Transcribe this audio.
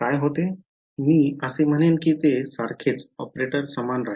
मी असे म्हणेन की ते सारखेच ऑपरेटर समान राहील